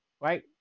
right